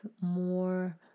more